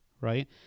right